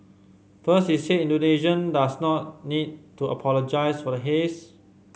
first he said Indonesia does not need to apologise for the haze